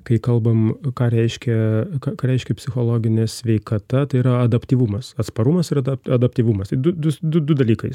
kai kalbam ką reiškia k ką reiškia psichologinė sveikata tai yra adaptyvumas atsparumas ir adap adaptyvumas tai du dus du du dalykai